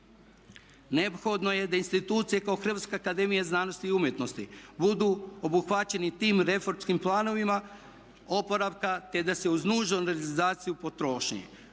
Neophodno je da institucije kao Hrvatska akademija znanosti i umjetnosti budu obuhvaćeni tim reformskim planovima oporavka, te da se uz nužnu reorganizaciju potrošnje